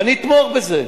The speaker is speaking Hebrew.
ואני אתמוך בזה.